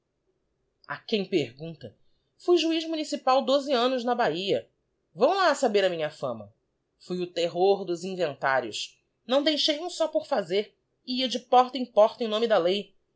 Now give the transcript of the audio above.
quem pergunta fui juiz municipal doze annos na bahia vão lá saber a minha fama fui o terror dos inventários não deixei um só por fazer ia de porta em porta em nome da lei